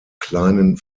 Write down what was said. kleinen